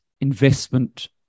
investment